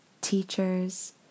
teachers